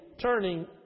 turning